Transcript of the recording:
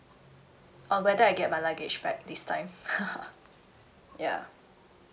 uh whether I get my luggage right this time ya